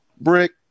brick